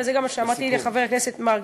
וזה גם מה שאמרתי לחבר הכנסת מרגי,